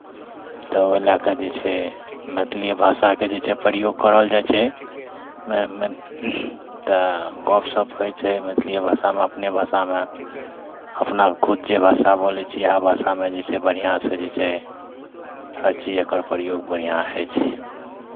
तऽ ओहि लए कऽ जे छै मैथिली भाषाके जे छै प्रयोग करल जाइ छै तऽ गपशप होइ छै मैथिलिए भाषामे अपने भाषामे अपना खुद जे भाषा बोलै छियै इएह भाषामे जे छै बढ़िआँसँ जे छै हर चीज एकर प्रयोग बढ़िआँ होइ छै